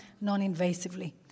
non-invasively